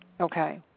Okay